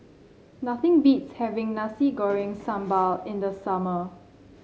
nothing beats having Nasi Goreng Sambal in the summer